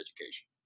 education